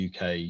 UK